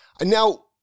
now